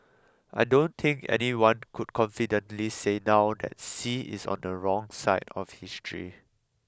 I don't think anyone could confidently say now that Xi is on the wrong side of history